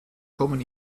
kommen